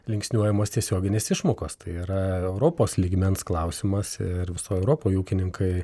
linksniuojamos tiesioginės išmokos tai yra europos lygmens klausimas ir visoj europoj ūkininkai